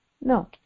no